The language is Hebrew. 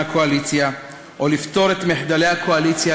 הקואליציה או לפתור את מחדלי הקואליציה,